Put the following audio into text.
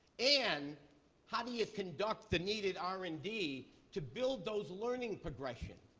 and how do you conduct the needed r and d to build those learning progressions,